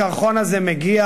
הקרחון הזה מגיע,